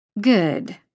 Good